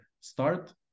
Start